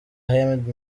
ahmed